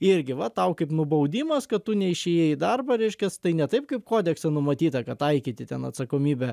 irgi va tau kaip nubaudimas kad tu neišėjai į darbą reiškias tai ne taip kaip kodekse numatyta kad taikyti ten atsakomybę